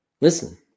Listen